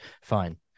Fine